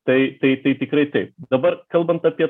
tai tai tai tikrai taip dabar kalbant apie